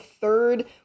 third